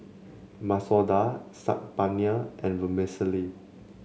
Masoor Dal Saag Paneer and Vermicelli